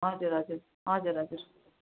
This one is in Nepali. हजुर हजुर हजुर हजुर